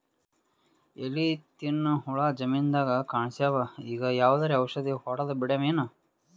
ಎಲಿ ತಿನ್ನ ಹುಳ ಜಮೀನದಾಗ ಕಾಣಸ್ಯಾವ, ಈಗ ಯಾವದರೆ ಔಷಧಿ ಹೋಡದಬಿಡಮೇನ?